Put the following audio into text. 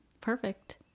perfect